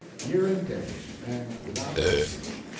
year and day and without baggage.